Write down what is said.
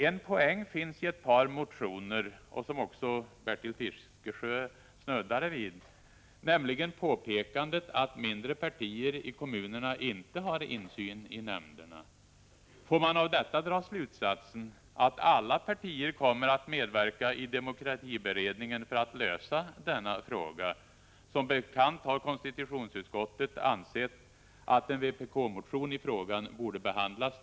En poäng finns i ett par motioner, som också Bertil Fiskesjö snuddade vid, nämligen påpekandet att mindre partier i kommunerna inte har insyn i nämnderna. Får man av detta dra slutsatsen att alla partier kommer att medverka i demokratiberedningen för att lösa denna fråga? Som bekant har konstitutionsutskottet ansett att en vpk-motion i frågan borde behandlas där. — Prot.